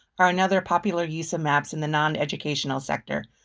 are another popular use of maps in the non-educational sector.